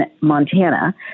Montana